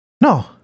no